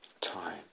time